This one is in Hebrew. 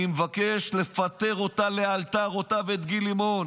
אני מבקש לפטר אותה ואת גיל לימון